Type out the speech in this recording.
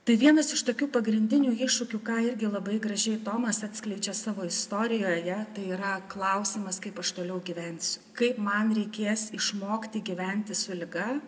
tai vienas iš tokių pagrindinių iššūkių ką irgi labai gražiai tomas atskleidžia savo istorijoje tai yra klausimas kaip aš toliau gyvensiu kaip man reikės išmokti gyventi su liga